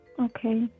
Okay